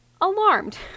Alarmed